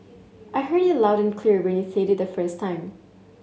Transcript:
I heard you loud and clear when you said it the first time